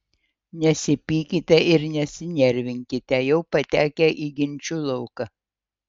nesipykite ir nesinervinkite jau patekę į ginčų lauką